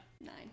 Nine